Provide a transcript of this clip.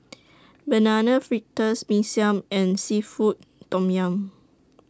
Banana Fritters Mee Siam and Seafood Tom Yum